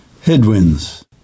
Headwinds